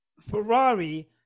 ferrari